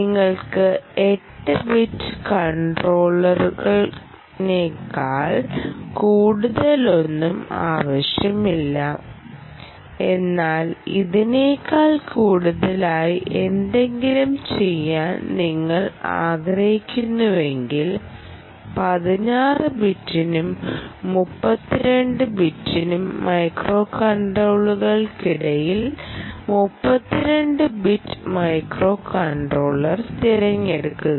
നിങ്ങൾക്ക് 8 ബിറ്റ് മൈക്രോകൺട്രോളറിനേക്കാൾ കൂടുതലൊന്നും ആവശ്യമില്ല എന്നാൽ ഇതിനേക്കാൾ കൂടുതലായി എന്തെങ്കിലും ചെയ്യാൻ നിങ്ങൾ ആഗ്രഹിക്കുന്നുവെങ്കിൽ 16 ബിറ്റിനും 32 ബിറ്റും മൈക്രോകൺട്രോളറിനുമിടയിൽ 32 ബിറ്റ് മൈക്രോകൺട്രോളർ തിരഞ്ഞെടുക്കുക